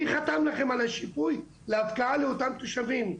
מי חתם לכם על השיפוי להפקעה לאותם תושבים?